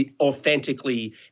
authentically